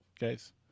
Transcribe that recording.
guys